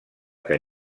que